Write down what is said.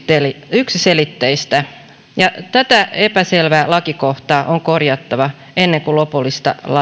yksiselitteistä ja tätä epäselvää lakikohtaa on korjattava ennen kuin lopullista